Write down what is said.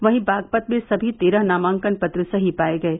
वहीं बागपत में सभी तेरह नामांकन पत्र सही पाये गये